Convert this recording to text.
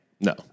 no